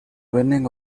winning